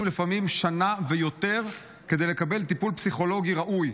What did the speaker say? לפעמים שנה ויותר כדי לקבל טיפול פסיכולוגי ראוי.